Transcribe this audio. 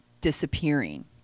disappearing